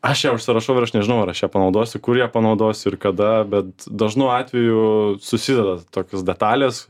aš ją užsirašau ir aš nežinau ar aš ją panaudosiu kur ją panaudosiu ir kada bet dažnu atveju susideda tokios detalės